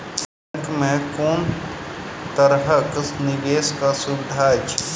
Bank मे कुन केँ तरहक निवेश कऽ सुविधा अछि?